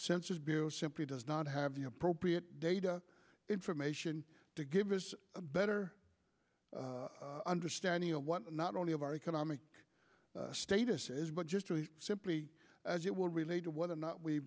census bureau simply does not have the appropriate data information to give us a better understanding of what not only of our economic status is but just simply as it will relate to whether or not we